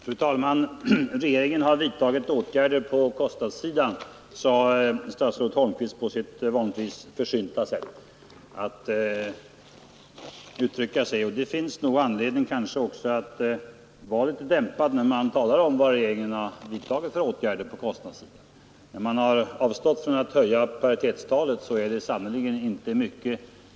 Fru talman! Regeringen har vidtagit åtgärder på kostnadssidan, sade statsrådet Holmqvist på sitt vanliga försynta sätt. Det finns kanske också anledning att vara litet dämpad när man skall tala om vilka åtgärder regeringen har vidtagit för att sänka hyrorna. Man har avstått från att höja paritetstalet, inte mer.